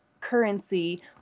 currency